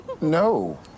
No